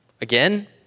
Again